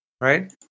right